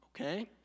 okay